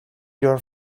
your